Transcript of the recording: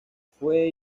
fue